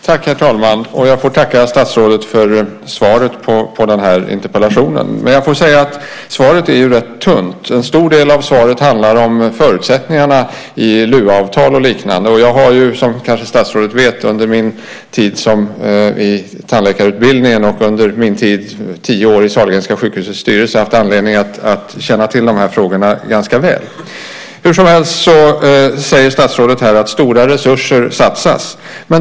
Herr talman! Jag får tacka statsrådet för svaret på den här interpellationen, men jag får säga att svaret är rätt tunt. En stor del av svaret handlar om förutsättningarna i LUA-avtal och liknande. Jag har, som statsrådet kanske vet, under min tid i tandläkarutbildningen och under mina tio år i Sahlgrenska sjukhusets styrelse haft anledning att lära känna de här frågorna ganska väl. Hur som helst säger statsrådet här att stora resurser satsas.